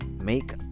make